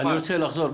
אני רוצה לחזור,